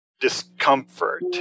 discomfort